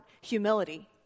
Humility